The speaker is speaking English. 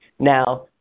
Now